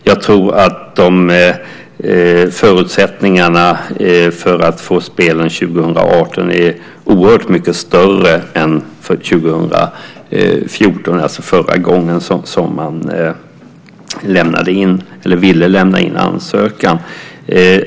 Jag tror att förutsättningarna att få spelen 2018 är oerhört mycket större än de var när man ville lämna in en ansökan för 2014.